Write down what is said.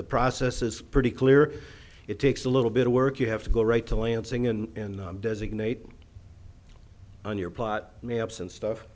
the process is pretty clear it takes a little bit of work you have to go right to lansing and designate on your plot mayhaps and stuff